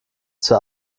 zur